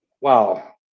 Wow